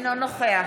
אינו נוכח